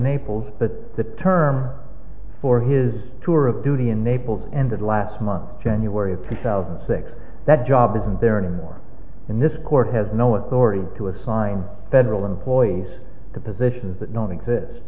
naples but the term for his tour of duty in naples ended last month january of two thousand and six that job isn't there anymore and this court has no authority to assign federal employees to positions that not exist